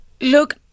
look